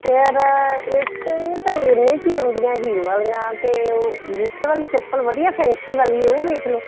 ਫਿਰ ਇਸ 'ਤੇ ਇਹ ਤਾਂ ਇੰਨੇ 'ਚ ਹੀ ਆਉਂਦੀਆਂ ਹੀਲ ਵਾਲੀਆਂ ਅਤੇ ਅੰਗੂਠੇ ਵਾਲੀ ਚੱਪਲ ਵਧੀਆ ਫੈਂਸੀ ਵਾਲੀ ਉਹ ਵੇਖ ਲਓ